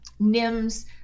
NIMS